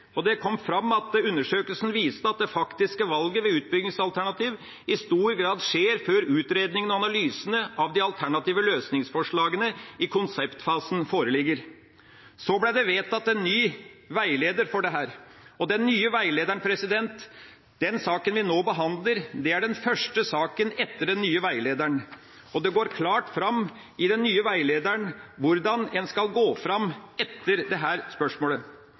gjennomført. Det kom sterk kritikk av det, og det kom fram at undersøkelsen viste at det faktiske valget ved utbyggingsalternativ i stor grad skjer før utredninga og analysene av de alternative løsningsforslagene i konseptfasen foreligger. Så ble det vedtatt en ny veileder for dette, og den saken vi nå behandler, er den første saken etter den nye veilederen. Det går klart fram i den nye veilederen hvordan en skal gå fram. Det er ganske spesielt at statsråden ikke har fulgt veilederen i dette spørsmålet.